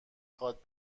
خواد